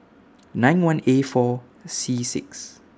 nine one A four C six